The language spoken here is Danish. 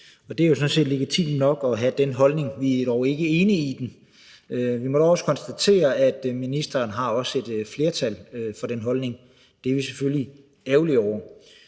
Det er jo sådan set legitimt nok at have den holdning. Vi er dog ikke enige i den. Vi må dog også konstatere, at ministeren har et flertal for den holdning. Det er vi selvfølgelig ærgerlige over.